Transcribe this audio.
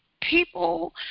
People